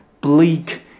bleak